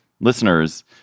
listeners